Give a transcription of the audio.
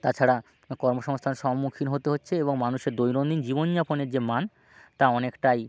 তাছাড়া কর্মসংস্থান সম্মুখীন হতে হচ্ছে এবং মানুষের দৈনন্দিন জীবনযাপনের যে মান তা অনেকটাই